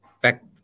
back